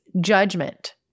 judgment